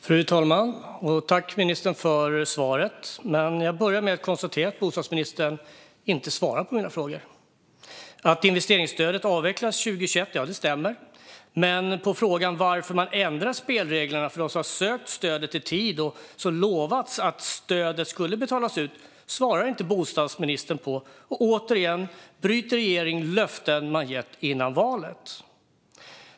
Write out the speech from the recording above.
Fru talman! Jag tackar ministern för svaret men börjar med att konstatera att bostadsministern inte svarar på mina frågor. Det stämmer att investeringsstödet avvecklades 2021, men bostadsministern svarar inte på frågan varför man ändrar spelreglerna för dem som har sökt stödet i tid och som lovats att få stödet utbetalat. Återigen bryter regeringen löften den gett innan valet.